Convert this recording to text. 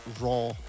raw